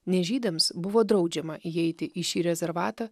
nežydams buvo draudžiama įeiti į šį rezervatą